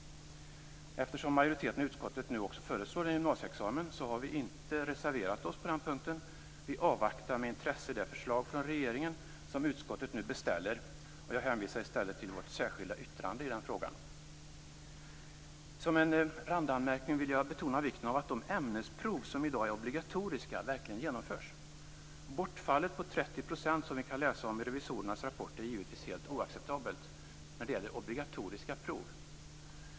Eftersom majoriteten i utskottet nu också föreslår en gymnasieexamen har vi inte reserverat oss på den punkten. Vi avvaktar med intresse det förslag från regeringen som utskottet nu beställer, och jag hänvisar i stället till vårt särskilda yttrande i den frågan. Som en randanmärkning vill jag betona vikten av att de ämnesprov som i dag är obligatoriska verkligen genomförs. Bortfallet på 30 %, som vi kan läsa om i revisorernas rapport, är givetvis helt oacceptabelt när det gäller obligatoriska prov.